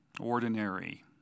ordinary